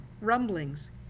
rumblings